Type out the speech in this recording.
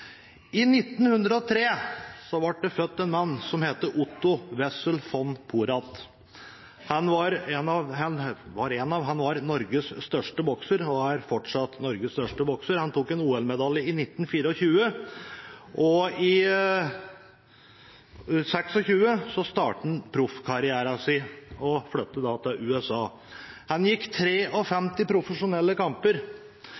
I 1903 ble det født en mann som het Otto Wessel von Porat. Han var Norges største bokser, og han er fortsatt Norges største bokser. Han tok en OL-medalje i 1924, og i 1926 startet han proffkarrieren sin. Han flyttet da til USA. Han gikk